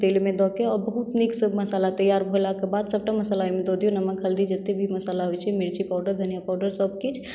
तेलमे दऽ कए ओ बहुत नीकसँ मसाला तैयार भेलाके बाद सभटा मसाला ओहिमे दऽ दियौ नमक हल्दी जते भी मसाला होइ छै मिर्ची पावडर धनियाँ पावडर सभ किछु